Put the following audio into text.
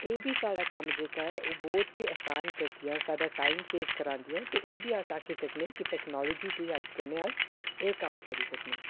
एह्बी साढ़ा कम्म जेह्का ऐ ओह् बहुत गै आसान करदियां साढ़ा टाइम सेव करांदियां ते एह्बी अस आक्खी सकने कि टेक्नोलाजी दी हैल्प कन्नै अस एह् कम्म करी सकने